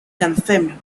confirmed